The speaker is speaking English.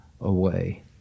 away